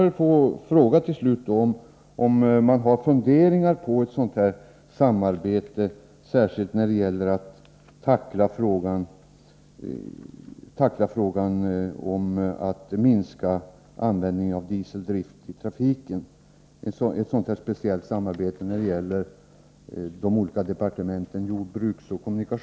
Jag vill till slut ställa frågan om man har planer på ett sådant samarbete, särskilt mellan jordbruksoch kommunikationsdepartementen när det gäller att tackla frågan om hur användningen av dieseldrift i trafiken skall kunna minskas.